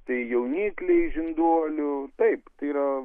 tai jaunikliai žinduolių taip tai yra